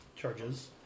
Charges